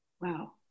Wow